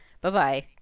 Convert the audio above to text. Bye-bye